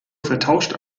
vertauscht